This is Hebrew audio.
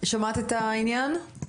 שמעת את העניין?